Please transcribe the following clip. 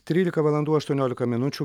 trylika valandų aštuoniolika minučių